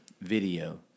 video